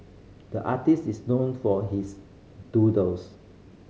the artist is known for his doodles